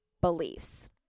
beliefs